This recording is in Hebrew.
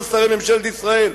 כל שרי ממשלת ישראל,